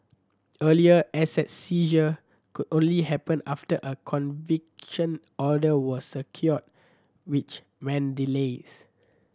earlier asset seizure could only happen after a conviction order was secured which meant delays